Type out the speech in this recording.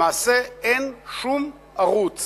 למעשה, אין שום ערוץ